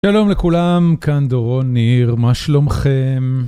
שלום לכולם, כאן דורון ניר, מה שלומכם?